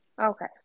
Okay